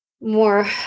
more